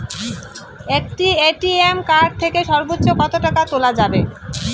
একটি ATM card থেকে সর্বোচ্চ কত টাকা তোলা যাবে?